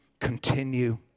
continue